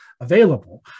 available